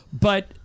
but-